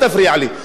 אל תפריע לי.